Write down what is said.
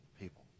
people